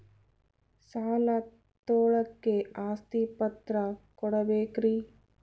ಸಾಲ ತೋಳಕ್ಕೆ ಆಸ್ತಿ ಪತ್ರ ಕೊಡಬೇಕರಿ?